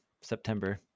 September